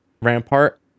Rampart